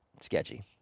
sketchy